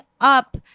up